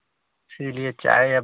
इसीलिए चाय अब